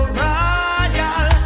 royal